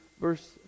verse